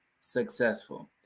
successful